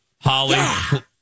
Holly